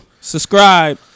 subscribe